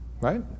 Right